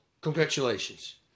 Congratulations